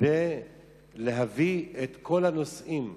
כדי להביא את כל הנושאים,